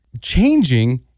changing